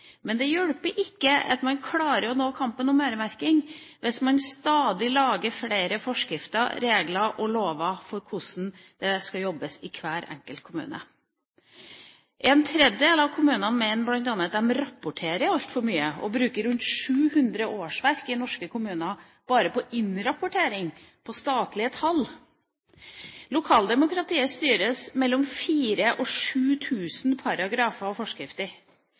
Men det hjelper ikke at man klarer å vinne kampen om øremerking hvis man stadig lager flere forskrifter, regler og lover for hvordan det skal jobbes i hver enkelt kommune. En tredjedel av kommunene mener bl.a. at de rapporter altfor mye, og norske kommuner bruker rundt 700 årsverk bare på innrapportering på statlige tall. Lokaldemokratiet styres av mellom 4 000 og 7 000 paragrafer og forskrifter.